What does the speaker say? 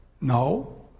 No